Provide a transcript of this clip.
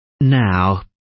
Now